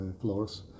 floors